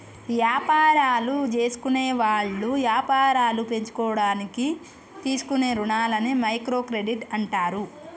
యాపారాలు జేసుకునేవాళ్ళు యాపారాలు పెంచుకోడానికి తీసుకునే రుణాలని మైక్రో క్రెడిట్ అంటారు